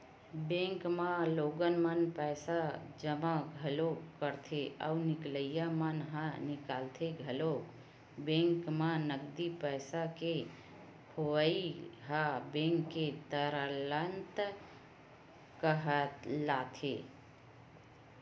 bank म लोगन मन पइसा जमा घलोक करथे अउ निकलइया मन ह निकालथे घलोक बेंक म नगदी पइसा के होवई ह बेंक के तरलता कहलाथे